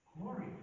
Glory